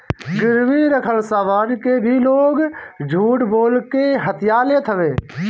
गिरवी रखल सामान के भी लोग झूठ बोल के हथिया लेत हवे